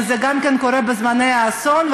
זה קורה בזמני אסון,